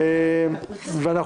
7 בעד, 2 נגד, אין נמנעים.